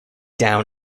down